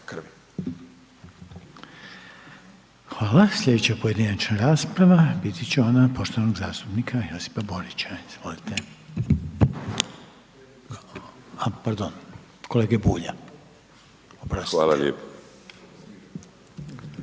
Hvala. Slijedeća pojedinačna rasprava biti će ona poštovanog zastupnika Josipa Borića. Izvolite. A pardon, kolege Bulja, oprostite.